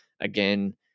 Again